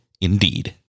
Indeed